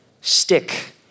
stick